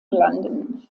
london